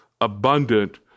abundant